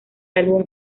álbum